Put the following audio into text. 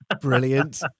Brilliant